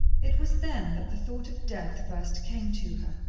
it was then that the thought of death first came to her,